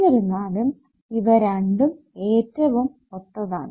എന്നിരുന്നാലും ഇവ രണ്ടും ഏറ്റവും ഒത്തതാണ്